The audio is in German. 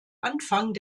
anfang